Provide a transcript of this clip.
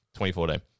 2014